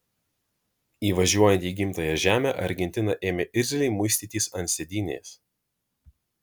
įvažiuojant į gimtąją žemę argentina ėmė irzliai muistytis ant sėdynės